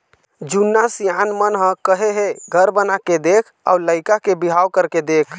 जुन्ना सियान मन ह कहे हे घर बनाके देख अउ लइका के बिहाव करके देख